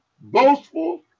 boastful